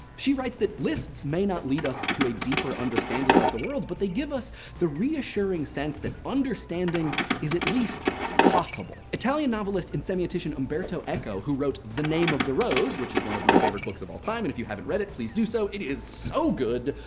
she writes that lists may not lead us to a deeper understanding of the world, but they give us the reassuring sense that understanding is at least possible. italian novelist and semiotician umberto eco, who wrote the name of the rose which is one of my favorite books of all time. and if you haven't read it please do so. it is so good.